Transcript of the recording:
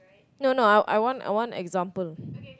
no no I I want I want example